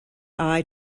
eye